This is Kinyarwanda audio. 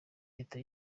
leta